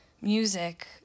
music